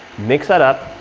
mix that up.